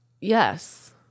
Yes